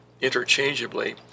interchangeably